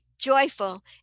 joyful